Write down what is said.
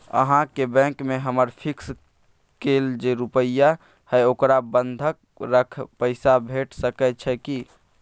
अहाँके बैंक में हमर फिक्स कैल जे रुपिया हय ओकरा बंधक रख पैसा भेट सकै छै कि?